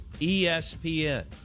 ESPN